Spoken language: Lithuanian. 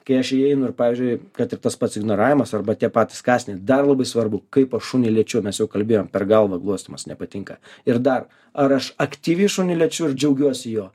kai aš įeinu ir pavyzdžiui kad ir tas pats ignoravimas arba tie patys kąsniai dar labai svarbu kaip aš šunį liečiu mes jau kalbėjom per galvą glostomas nepatinka ir dar ar aš aktyviai šunį liečiu ir džiaugiuosi juo